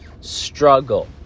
struggle